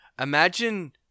Imagine